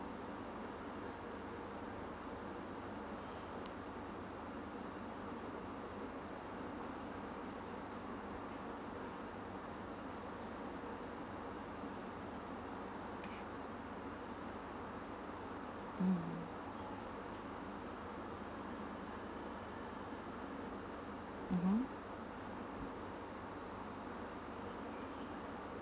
mmhmm mmhmm